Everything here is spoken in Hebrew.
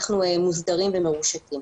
אנחנו מוסדרים ומרושתים.